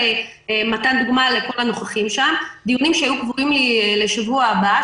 דיונים שהיו קבועים לי לשבוע הבא,